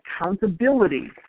accountability